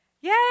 Yay